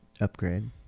upgrade